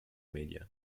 media